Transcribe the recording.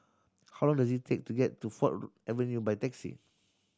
how long does it take to get to Ford Avenue by taxi